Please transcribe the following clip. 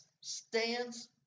stands